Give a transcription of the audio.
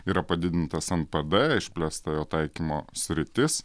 yra padidintas npd išplėsta jo taikymo sritis